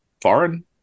foreign